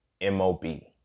M-O-B